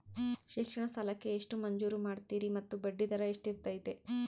ಶಿಕ್ಷಣ ಸಾಲಕ್ಕೆ ಎಷ್ಟು ಮಂಜೂರು ಮಾಡ್ತೇರಿ ಮತ್ತು ಬಡ್ಡಿದರ ಎಷ್ಟಿರ್ತೈತೆ?